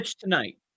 tonight